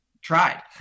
tried